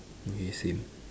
okay same